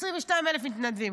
22,000 מתנדבים.